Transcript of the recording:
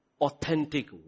authentic